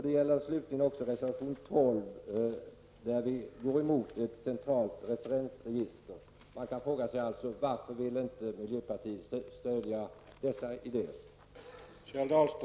Det gäller slutligen också reservation 12, där vi går emot ett centralt referensregister. Man kan alltså ställa frågan: Varför vill inte miljöpartiet stödja dessa idéer?